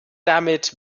damit